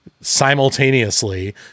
simultaneously